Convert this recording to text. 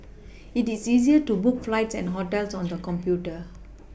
it is easier to book flights and hotels on the computer